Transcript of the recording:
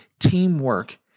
teamwork